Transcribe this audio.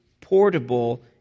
portable